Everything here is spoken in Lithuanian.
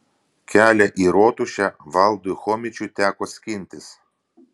kelią į rotušę valdui chomičiui teko skintis